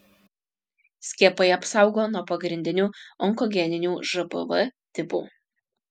skiepai apsaugo nuo pagrindinių onkogeninių žpv tipų